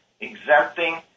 exempting